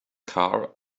car